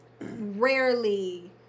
rarely